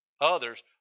Others